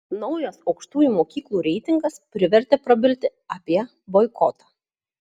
naujas aukštųjų mokyklų reitingas privertė prabilti apie boikotą